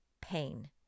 pain